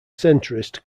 centrist